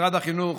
משרד החינוך